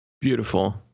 Beautiful